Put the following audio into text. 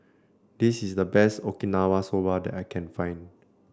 this is the best Okinawa Soba that I can find